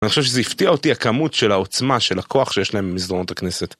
אני חושב שזה הפתיע אותי הכמות של העוצמה, של הכוח שיש להם במסדרונות הכנסת.